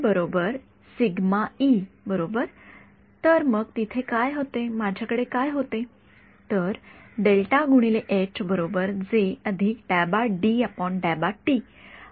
बरोबर तर मग तिथे माझ्याकडे काय होते